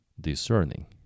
discerning